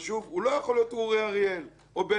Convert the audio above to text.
הוא לא יכול להיות אורי אריאל או בן-אליהו.